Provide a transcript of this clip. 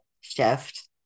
shift